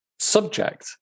subject